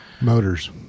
Motors